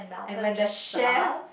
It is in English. and when the chef